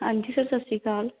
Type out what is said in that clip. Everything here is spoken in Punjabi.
ਹਾਂਜੀ ਸਰ ਸਤਿ ਸ਼੍ਰੀ ਅਕਾਲ